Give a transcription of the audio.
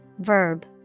verb